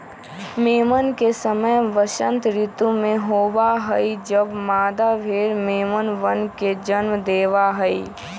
मेमन के समय वसंत ऋतु में होबा हई जब मादा भेड़ मेमनवन के जन्म देवा हई